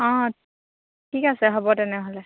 অঁ ঠিক আছে হ'ব তেনেহ'লে